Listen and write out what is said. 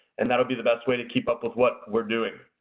and that will be the best way to keep up with what we're doing.